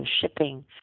shipping